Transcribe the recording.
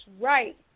right